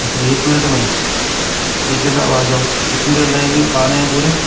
अच्छा एक मिनट में ठीक है साहब आ जाओ कितनी देर लगेगी आने में पूरे